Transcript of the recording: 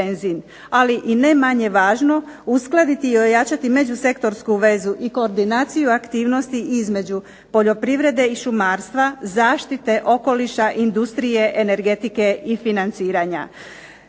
ali i ne manje važno uskladiti i ojačati međusektorsku vezu i koordinaciju aktivnosti između poljoprivrede i šumarstva, zaštite okoliša, industrije, energetike i financiranja.